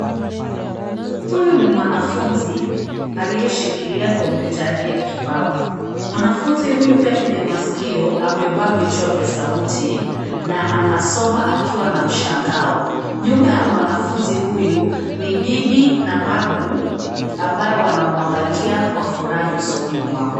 Huyu ni mwanafunzi, aliyeshikilia kompyuta yake ya kibao. Mwanafunzi huyu pia kwenye maskio amevaa vichwa vya sauti, na anasoma akiwa na mshangao. Nyuma ya mwanafunzi huyu, ni bibi na babu, ambao wanamuangalia kwa furaha nyusoni mwao.